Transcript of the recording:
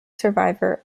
survivor